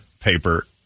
paper